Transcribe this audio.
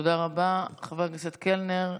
תודה רבה, חבר הכנסת קלנר.